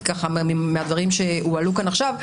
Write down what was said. כי מהדברים שהועלו כאן עכשיו,